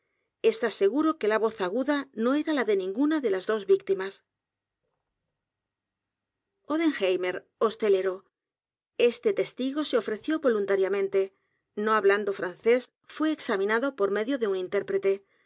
á seguro que la voz aguda no era la de ninguna de las dos víctimas odenheimer hostelero este testigo se ofreció voluntariamente no hablando francés fué examinado por medio de u n intérprete